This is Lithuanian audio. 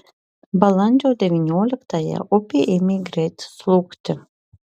balandžio devynioliktąją upė ėmė greit slūgti